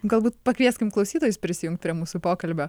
galbūt pakvieskim klausytojus prisijungti prie mūsų pokalbio